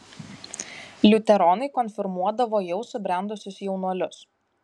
liuteronai konfirmuodavo jau subrendusius jaunuolius